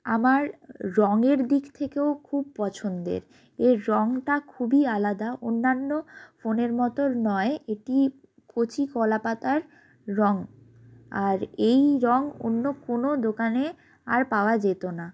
আমার রঙের দিক থেকেও খুব পছন্দের এর রঙটা খুবই আলাদা অন্যান্য ফোনের মতো নয় এটি কচি কলা পাতার রঙ আর এই রঙ অন্য কোনো দোকানে আর পাওয়া যেত না